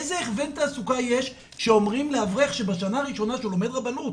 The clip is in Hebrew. איזה הכוון תעסוקה יש שאומרים לאברך שבשנה הראשונה שהוא לומד רבנות,